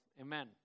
amen